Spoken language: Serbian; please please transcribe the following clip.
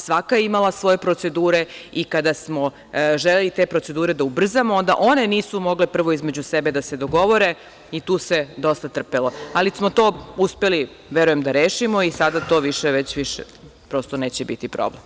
Svaka je imala svoje procedure i kada smo želeli te procedure da ubrzamo, one nisu mogle, prvo, između sebe da se dogovore i tu se dosta trpelo, ali smo to uspeli, verujem, da rešimo i sada to više neće biti problem.